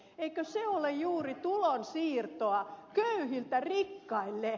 eikö se ole juuri tulonsiirtoa köyhiltä rikkaille